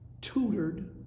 tutored